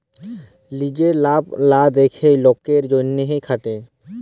লিজের লাভ লা দ্যাখে লকের জ্যনহে খাটে